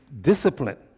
discipline